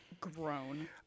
grown